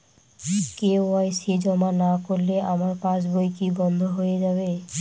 KYC জমা না করলে আমার পাসবই কি বন্ধ হয়ে যাবে?